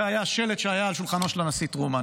זה היה השלט על שולחנו של הנשיא טרומן,